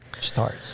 start